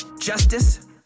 justice